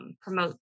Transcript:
promote